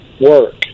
work